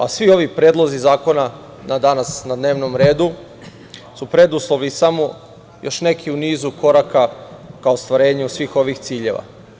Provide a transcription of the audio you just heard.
A svi ovi predlozi zakona danas na dnevnom redu, su preduslov i samo još neki u nizu koraka ka ostvarenju svih ovih ciljeva.